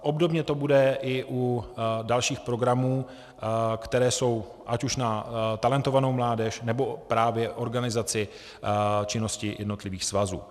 Obdobně to bude i u dalších programů, které jsou, ať už na talentovanou mládež, nebo právě organizaci činnosti jednotlivých svazů.